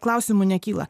klausimų nekyla